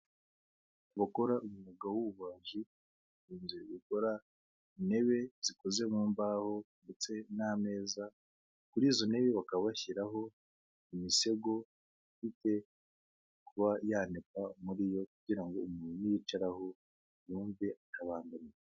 Abakora umwuga w'ububaji, bakunze gukora intebe zikoze mu mbaho ndetse n'ameza, kuri izo ntebe bakaba bashyiraho imisego ifite kuba yanikwa muri yo kugira ngo umuntu ni yicareraho yumve atabangamiwe.